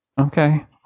Okay